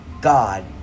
god